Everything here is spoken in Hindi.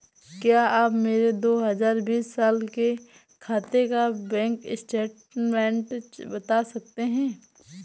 क्या आप मेरे दो हजार बीस साल के खाते का बैंक स्टेटमेंट बता सकते हैं?